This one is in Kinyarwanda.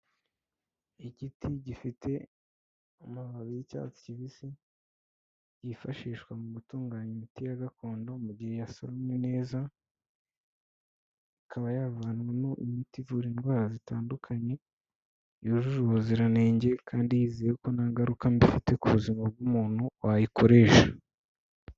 Igiti gifite amababi y'icyatsi kibisi, yifashishwa mu gutunganya imiti ya gakondo mu gihe yasaromwe neza, ikaba yavanwamo imiti ivura indwara zitandukanye, yujuje ubuziranenge kandi yizewe ko nta ngaruka mbifite ku buzima bw'umuntu wayikoresha.